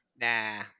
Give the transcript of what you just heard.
Nah